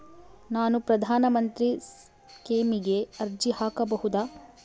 ನಾನು ಪ್ರಧಾನ ಮಂತ್ರಿ ಸ್ಕೇಮಿಗೆ ಅರ್ಜಿ ಹಾಕಬಹುದಾ?